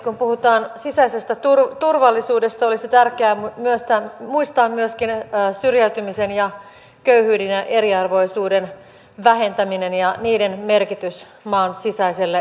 kun puhutaan sisäisestä turvallisuudesta olisi tärkeää muistaa myöskin syrjäytymisen köyhyyden ja eriarvoisuuden vähentäminen ja niiden merkitys maan sisäiselle turvallisuudelle